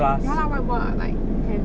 ya whiteboard ah like can